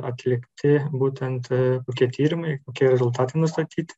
atlikti būtent kokie tyrimai kokie rezultatai nustatyt